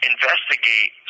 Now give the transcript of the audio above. investigate